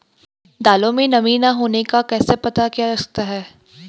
दालों में नमी न होने का कैसे पता किया जा सकता है?